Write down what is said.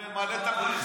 הוא ממלא את הבריכה,